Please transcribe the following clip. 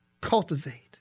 cultivate